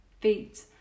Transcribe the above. feet